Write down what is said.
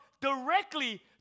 directly